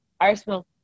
Arsenal